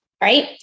right